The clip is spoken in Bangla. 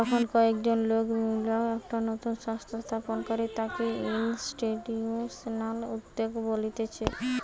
যখন কয়েকজন লোক মিললা একটা নতুন সংস্থা স্থাপন করে তাকে ইনস্টিটিউশনাল উদ্যোক্তা বলতিছে